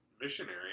missionary